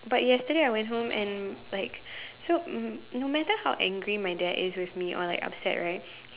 but yesterday I went home and like so um no matter how angry my dad is with me or like upset right